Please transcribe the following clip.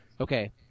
Okay